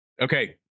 Okay